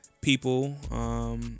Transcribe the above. People